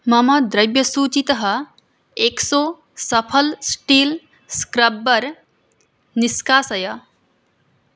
मम द्रव्यसूचीतः Exo Safal steel scrubber निष्कासय